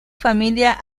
familia